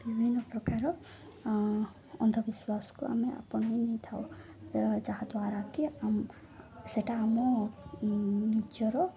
ବିଭିନ୍ନ ପ୍ରକାର ଅନ୍ଧବିଶ୍ୱାସକୁ ଆମେ ଆପଣେଇ ନେଇଥାଉ ଯାହାଦ୍ୱାରା କି ସେଟା ଆମ ନିଜର